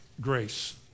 grace